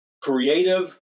creative